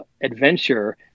adventure